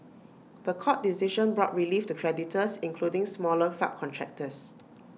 The Court decision brought relief to creditors including smaller subcontractors